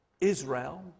Israel